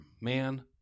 man